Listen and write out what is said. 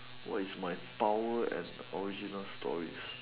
what is my power and original stories